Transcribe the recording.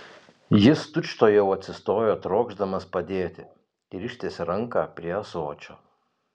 jis tučtuojau atsistojo trokšdamas padėti ir ištiesė ranką prie ąsočio